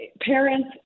Parents